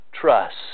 trust